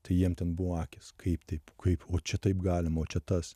tai jiem ten buvo akys kaip taip kaip o čia taip galima o čia tas